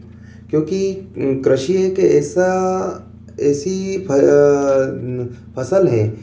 क्योंकि कृषि एक ऐसा ऐसी फ फ़सल है